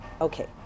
Okay